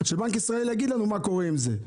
שבנק ישראל יגיד לנו מה קורה עם זה.